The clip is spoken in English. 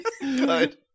Good